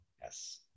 Yes